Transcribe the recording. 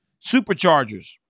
Superchargers